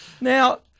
Now